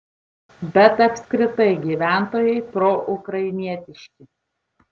bet apskritai gyventojai proukrainietiški